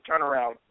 turnaround